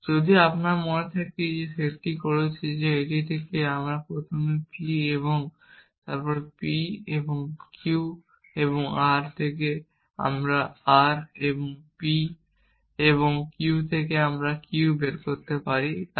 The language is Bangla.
সুতরাং যদি আপনার মনে থাকে আমরা সেট করেছি যে এটি থেকে আমরা প্রথমে p এবং তারপর p এবং p এবং r থেকে আমরা r এবং তারপর p এবং q থেকে আমরা q বের করতে পারি